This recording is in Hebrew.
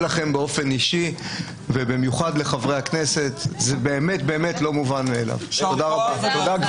22:25.